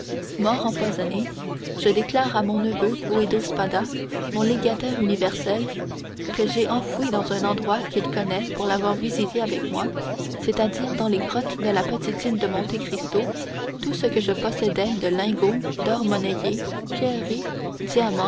morts empoisonnés je déclare à mon neveu guido spada mon légataire universel que j'ai en foui dans un endroit qu'il connaît pour l'avoir visité avec moi c'est-à-dire dans les grottes de la petite île de monte cristo tout ce que je pos sédais de lingots d'or monnayé pierreries